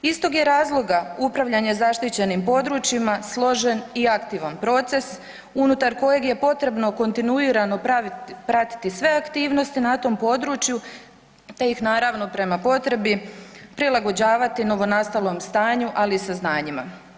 Iz tog je razloga upravljanje zaštićenim područjima složen i aktivan proces unutar kojeg je potrebno kontinuirano pratiti sve aktivnosti na tom području te ih naravno prema potrebi prilagođavati novonastalom stanju ali i saznanjima.